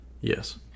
Yes